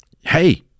hey